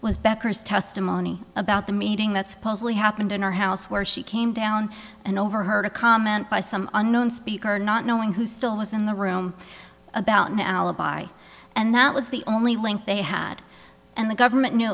was becker's testimony about the meeting that supposedly happened in our house where she came down and overheard a comment by some unknown speaker not knowing who still was in the room about an alibi and that was the only link they had and the government knew